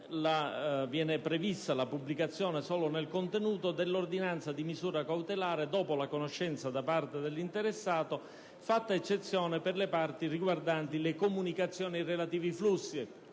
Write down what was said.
Viene prevista la pubblicazione solo nel contenuto dell'ordinanza di misura cautelare dopo la conoscenza da parte dell'interessato, fatta eccezione per le parti riguardanti le comunicazioni e i relativi flussi.